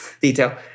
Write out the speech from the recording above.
detail